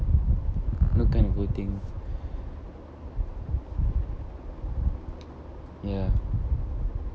what kind of voting ya